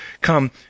come